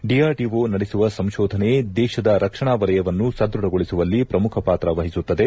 DRDO ನಡೆಸುವ ಸಂಶೋಧನೆಗಳು ದೇಶದ ರಕ್ಷಣಾ ವಲಯವನ್ನು ಸದೃಢಗೊಳಿಸುವಲ್ಲಿ ಪ್ರಮುಖ ಪಾತ್ರ ವಹಿಸುತ್ತವೆ